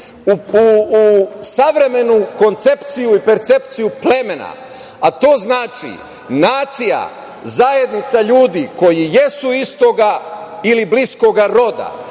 u savremenu koncepciju i percepciju plemena, a to znači nacija - zajednica ljudi koji jesu istoga ili bliskoga roda,